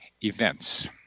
events